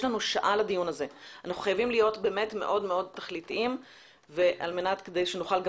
יש לנו שעה לדיון הזה ואנחנו חייבים להיות מאוד תכליתיים כדי שנוכל גם